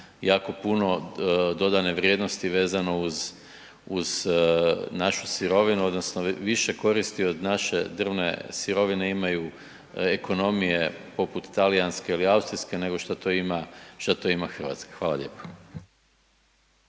jako puno dodane vrijednosti vezano uz, uz našu sirovinu odnosno više koristi od naše drvne sirovine imaju ekonomije poput talijanske ili austrijske, nego što to ima, što to ima hrvatska. Hvala lijepa.